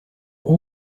all